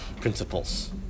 principles